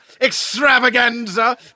extravaganza